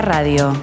Radio